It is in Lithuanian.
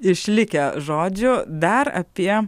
išlikę žodžių dar apie